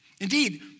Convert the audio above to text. Indeed